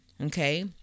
okay